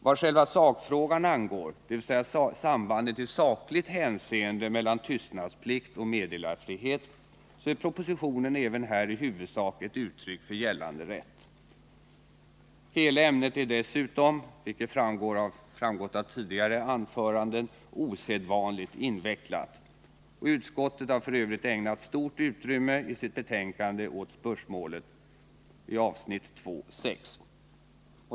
Vad själva sakfrågan angår — dvs. sambandet i sakligt hänseende mellan tystnadsplikt och meddelarfrihet — så är propositionen även här i huvudsak ett uttryck för gällande rätt. Hela ämnet är dessutom — vilket framgått av tidigare anföranden — osedvanligt invecklat. Utskottet har f. ö. ägnat stort utrymme åt spörsmålet i sitt betänkande — avsnitt 2.6.